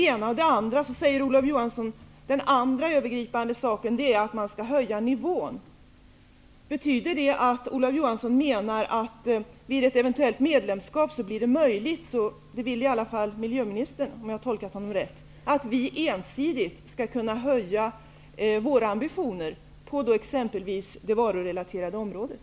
För det andra säger Olof Johansson: Den andra övergripande saken är att man skall höja nivån. Betyder det att Olof Johansson menar att det vid ett eventuellt medlemskap blir möjligt för oss att ensidigt -- något som i alla fall miljöministern vill, om jag har tolkat honom rätt -- höja våra ambitioner på exempelvis det varurelaterade området?